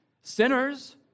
sinners